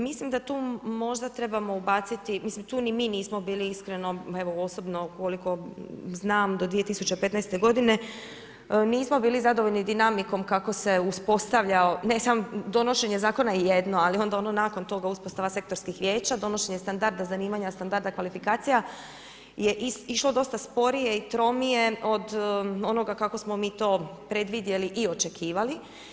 Mislim da tu možda trebamo ubaciti, mislim tu ni mi nismo bili iskreno evo osobno koliko znam do 2015. godine, nismo bili zadovoljni dinamikom kako se uspostavljao ne samo donošenje zakona je jedno, ali onda ono nakon toga uspostava sektorskih vijeća, donošenje standarda zanimanja, standarda kvalifikacija je išlo dosta sporije i tromije od onoga kako smo mi to predvidjeli i očekivali.